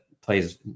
plays